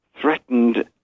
threatened